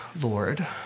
Lord